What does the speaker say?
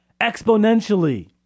exponentially